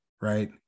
right